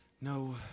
No